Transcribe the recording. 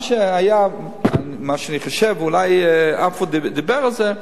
מה שאני חושב, אולי עפו דיבר על זה,